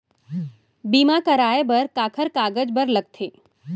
बीमा कराय बर काखर कागज बर लगथे?